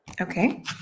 Okay